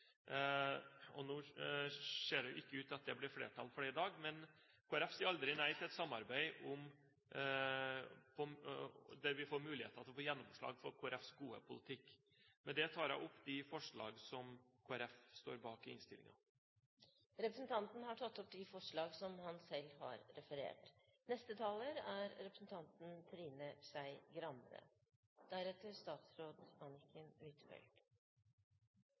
mål. Nå må jeg jo si at det er Dokument 8-forslag som er arenaen for å behandle saker i Stortinget. Det ser ikke ut til at det blir flertall for dette i dag, men Kristelig Folkeparti sier aldri nei til et samarbeid der vi får mulighet til å få gjennomslag for Kristelig Folkepartis gode politikk. Med det tar jeg opp de forslag som Kristelig Folkeparti står bak i innstillingen. Representanten Øyvind Håbrekke har tatt opp de forslagene han